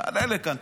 תעלה לכאן,